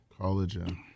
Collagen